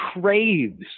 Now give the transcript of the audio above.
craves